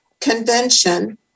Convention